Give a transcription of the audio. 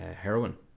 heroin